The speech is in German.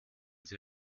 sie